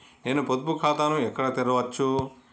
నేను పొదుపు ఖాతాను ఎక్కడ తెరవచ్చు?